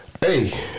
Hey